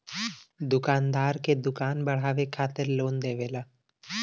दुकानदार के दुकान बढ़ावे खातिर लोन देवेला